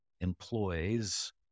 employees